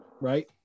right